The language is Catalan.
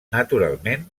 naturalment